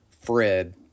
Fred